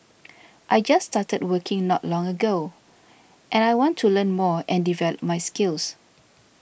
I just started working not long ago and I want to learn more and develop my skills